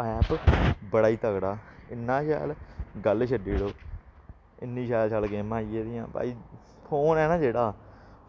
app बड़ा ई तगड़ा इन्ना शैल गल्ल छड्डी ओड़ो इन्नी शैल शैल गेमां आई गेदियां भाई फोन ऐ ना जेह्ड़ा